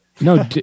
No